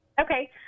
Okay